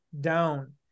down